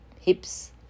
hips